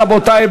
רבותי,